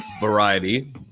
variety